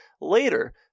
Later